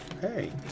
hey